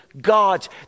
God